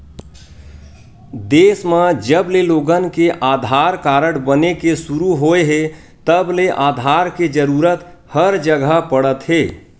देस म जबले लोगन के आधार कारड बने के सुरू होए हे तब ले आधार के जरूरत हर जघा पड़त हे